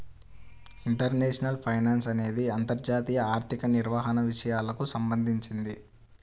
international finance అనేది అంతర్జాతీయ ఆర్థిక నిర్వహణ విషయాలకు సంబంధించింది